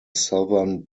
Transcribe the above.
southern